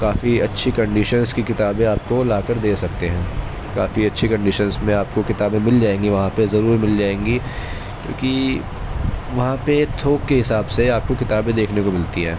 کافی اچھی کنڈیشنس کی کتابیں آپ کو لا کر دے سکتے ہیں کافی اچھی کنڈیشنس میں آپ کو کتابیں مل جائیں گی وہاں پہ ضرور مل جائیں گی کیونکہ وہاں پہ تھوک کے حساب سے آپ کو کتابیں دیکھنے کو ملتی ہیں